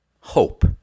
hope